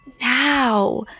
now